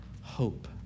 hope